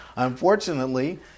Unfortunately